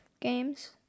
games